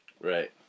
Right